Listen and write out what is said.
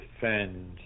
defend